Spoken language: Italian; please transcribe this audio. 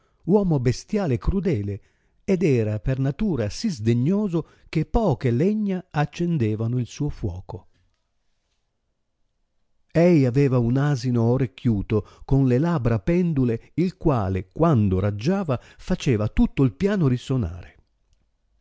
uomo bestiale e crudele ed era per natura si sdegnoso che poche legna accendevano il suo fuoco ei aveva un asino orecchiuto con le labra pendule il quale quando raggiava faceva tutto il piano risonare